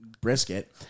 brisket